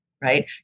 right